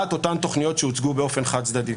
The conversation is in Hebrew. אותן תוכניות שהוצגו באופן חד-צדדי.